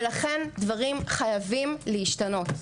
ולכן דברים חייבים להשתנות.